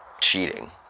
cheating